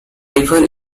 river